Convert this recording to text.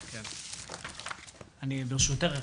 ברשותך,